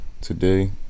Today